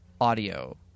audio